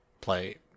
Play